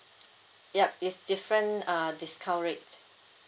yup it's different err discount rate